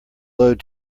load